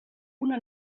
una